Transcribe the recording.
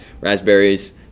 raspberries